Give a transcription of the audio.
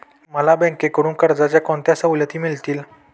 मला बँकेकडून कर्जाच्या कोणत्या सवलती मिळतील?